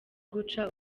guca